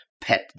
pet